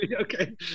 Okay